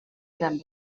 gran